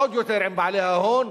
עוד יותר עם בעלי ההון,